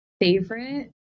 favorite